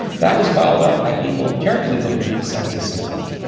that was followed up by people carefully looking at the sense of smell,